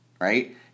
right